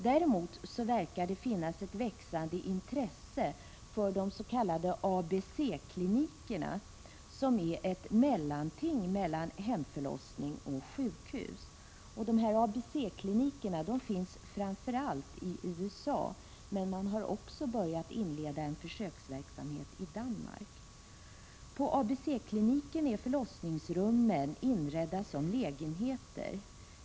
Däremot verkar det finnas ett växande intresse för de s.k. ABC-klinikerna, som är ett mellanting mellan hemförlossning och sjukhus. Dessa kliniker finns framför allt i USA, men man har också börjat inleda en försöksverksamhet i Danmark. På ABC-kliniken är förlossningsrummen inredda som lägenheter.